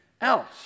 else